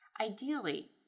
Ideally